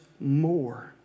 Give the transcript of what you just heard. more